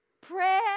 prayer